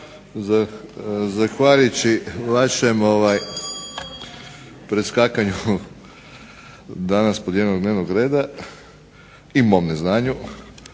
zahvaljujući vašem preskakanu danas podijeljenog dnevnog reda i mom neznanju